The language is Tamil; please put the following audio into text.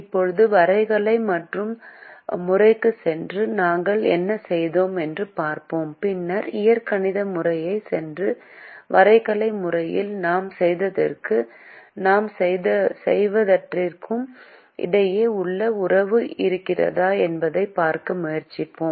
இப்போது வரைகலை முறைக்குச் சென்று நாங்கள் என்ன செய்தோம் என்று பார்ப்போம் பின்னர் இயற்கணித முறைக்குச் சென்று வரைகலை முறையில் நாம் செய்தவற்றிற்கும் நாம் செய்தவற்றிற்கும் இடையே ஒரு உறவு இருக்கிறதா என்பதைப் பார்க்க முயற்சிக்கிறோம்